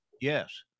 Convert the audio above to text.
Yes